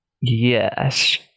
yes